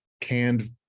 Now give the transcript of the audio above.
canned